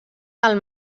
del